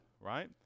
right